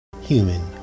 human